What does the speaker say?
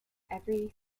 every